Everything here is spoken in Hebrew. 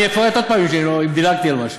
אני אפרט עוד פעם אם דילגתי על משהו,